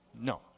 No